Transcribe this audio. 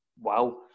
wow